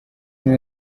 umwe